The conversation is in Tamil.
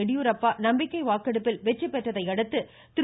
எடியூரப்பா நம்பிக்கை வாக்கெடுப்பில் வெற்றிபெற்றதை அடுத்து திரு